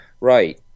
right